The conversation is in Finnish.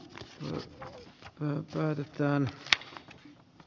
lumi on syövyttänyt a